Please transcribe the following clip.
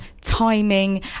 timing